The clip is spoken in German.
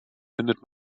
findet